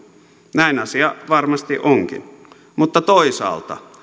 näin asia varmasti onkin mutta toisaalta